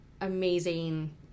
amazing